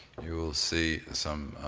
you'll see some,